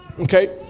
okay